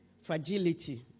fragility